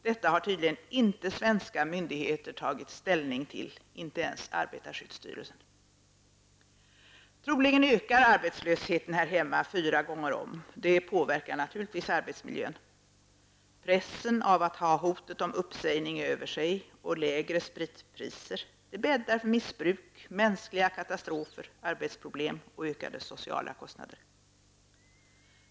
Detta har tydligen inte svenska myndigheter tagit ställning till, inte ens arbetarskyddsstyrelsen. Troligen ökar arbetslösheten här hemma fyra gånger om. Detta påverkar naturligtvis arbetsmiljön. Pressen av att ha hotet om uppsägning över sig och lägre spritpriser bäddar för missbruk, mänskliga katastrofer, arbetsproblem och ökade sociala kostnader.